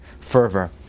fervor